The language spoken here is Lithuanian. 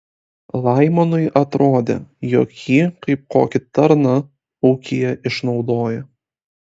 laimonui atrodė jog jį kaip kokį tarną ūkyje išnaudoja